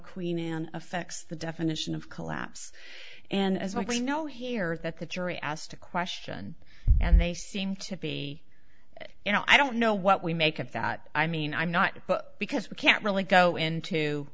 queen anne affects the definition of collapse and as we know here that the jury asked a question and they seem to be you know i don't know what we make of that i mean i'm not because we can't really go into